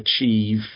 achieve